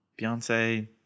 Beyonce